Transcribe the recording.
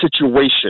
situation